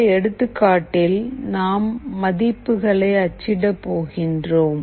இந்த எடுத்துக்காட்டில் நாம் மதிப்புகளை அச்சிட போகிறோம்